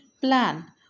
plan